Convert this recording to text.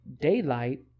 daylight